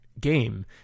game